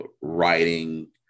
writing